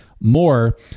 more